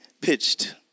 pitched